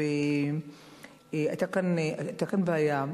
והיתה כאן בעיה.